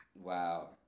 Wow